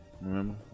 Remember